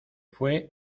fue